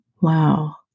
wow